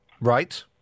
Right